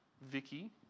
Vicky